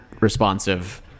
Responsive